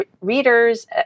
readers